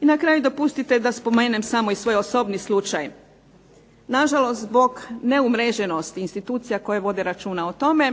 I na kraju dopustite da spomenem svoj osobni slučaj. Nažalost zbog neumreženosti institucija koje vode računa o tome